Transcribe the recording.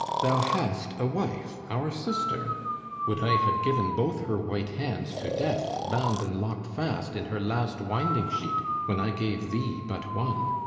thou hast a wife, our sister would i had given both her white hands to death, bound and lock'd fast in her last winding sheet, when i gave thee but one.